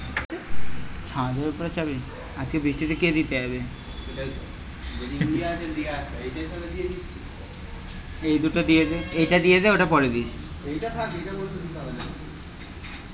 বিঘাপ্রতি ধানে কত কিলোগ্রাম পটাশ দেবো?